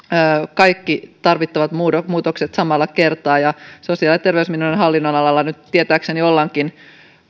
kaikki tarvittavat muutokset muutokset samalla kertaa sosiaali ja terveysministeriön hallinnonalalla ollaankin nyt tietääkseni